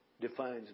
defines